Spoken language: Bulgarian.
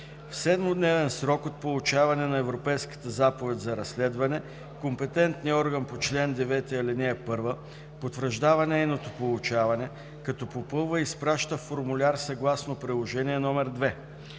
В 7-дневен срок от получаване на Европейската заповед за разследване компетентният орган по чл. 9, ал. 1 потвърждава нейното получаване, като попълва и изпраща формуляр съгласно приложение № 2.